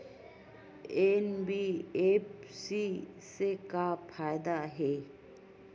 NBFC से का फ़ायदा हे?